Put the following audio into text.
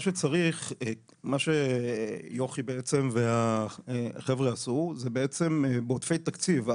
מה שיוכי והחבר'ה עשו זה בעצם בעודפי תקציב.